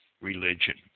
religion